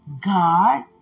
God